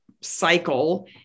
cycle